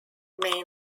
main